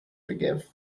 forgive